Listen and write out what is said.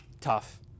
tough